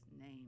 name